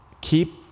keep